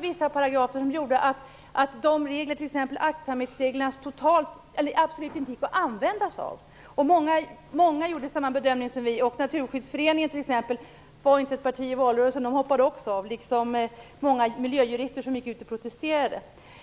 Vissa paragrafer medförde att en del regler, t.ex. aktsamhetsreglerna, absolut inte gick att använda sig av. Många gjorde samma bedömning som vi. Naturskyddsföreningen hoppade t.ex. också av liksom många miljöjurister som gick ut och protesterade. Det var således långt ifrån bara partier i valrörelsen.